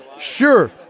sure